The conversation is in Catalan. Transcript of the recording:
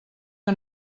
que